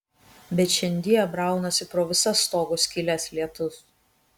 bet šiandie braunasi pro visas stogo skyles lietus